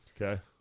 Okay